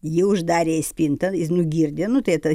ji uždarė į spintą jį nugirdė nu tai ta